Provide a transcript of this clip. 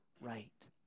right